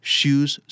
Shoes